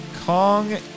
Kong